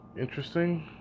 interesting